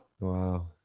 wow